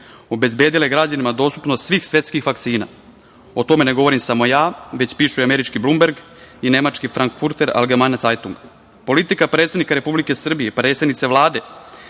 obezbedila je građanima dostupnost svih svetskih vakcina. O tome ne govorim samo ja, već pišu američki „Blumberg“ i nemački „Frankfurter algemane cajtung“.Politika predsednika Republike Srbije, predsednice Vlade